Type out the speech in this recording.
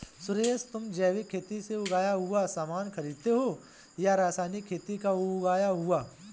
सुरेश, तुम जैविक खेती से उगाया हुआ सामान खरीदते हो या रासायनिक खेती का उगाया हुआ?